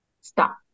Stop